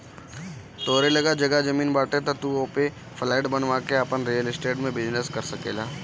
तोहरी लगे जगह जमीन बाटे तअ तू ओपे फ्लैट बनवा के आपन रियल स्टेट में बिजनेस कर सकेला